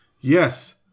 Yes